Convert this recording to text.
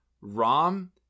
Rom